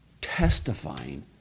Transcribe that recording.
testifying